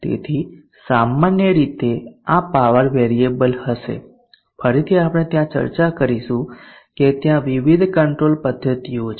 તેથી સામાન્ય રીતે આ પાવર વેરિયેબલ હશે ફરીથી આપણે ત્યાં ચર્ચા કરીશું કે ત્યાં વિવિધ કંટ્રોલ પધ્ધતિઓ છે